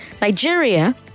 Nigeria